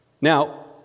Now